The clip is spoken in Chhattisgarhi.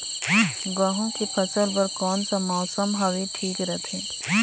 गहूं के फसल बर कौन सा मौसम हवे ठीक रथे?